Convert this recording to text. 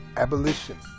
Abolition